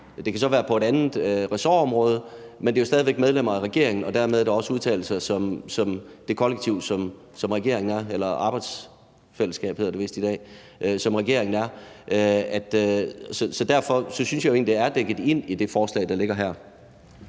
Det kan så være på et andet ressortområde, men det er jo stadig væk medlemmer af regeringen, og dermed er det også udtalelser fra det kollektiv – eller arbejdsfællesskab, hedder det vist i dag – som regeringen er. Så derfor synes jeg, at det egentlig er dækket ind i det forslag, der ligger her.